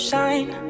shine